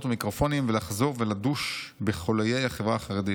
ומיקרופונים ולחזור לדוש בחוליי החברה החרדית.